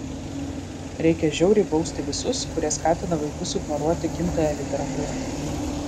reikia žiauriai bausti visus kurie skatina vaikus ignoruoti gimtąją literatūrą